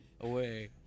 away